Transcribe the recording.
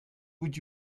would